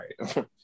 right